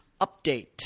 update